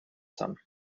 some